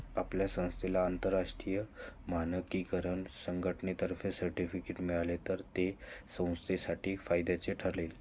आपल्या संस्थेला आंतरराष्ट्रीय मानकीकरण संघटनेतर्फे सर्टिफिकेट मिळाले तर ते संस्थेसाठी फायद्याचे ठरेल